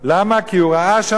כי הוא ראה שם חרדים,